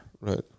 Right